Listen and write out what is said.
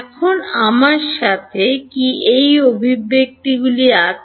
এখন আমার সাথে কি এই অভিব্যক্তিগুলি আছে